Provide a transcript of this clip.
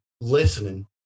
listening